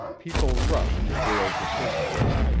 people rushed to gael's assistance.